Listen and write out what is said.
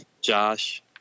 Josh